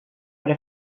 para